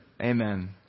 Amen